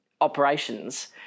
operations